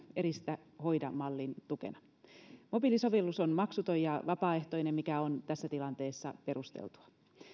eristä hoida mallin tukena mobiilisovellus on maksuton ja vapaaehtoinen mikä on tässä tilanteessa perusteltua